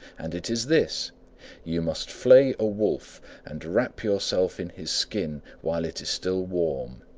and it is this you must flay a wolf and wrap yourself in his skin while it is still warm.